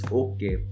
okay